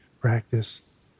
practice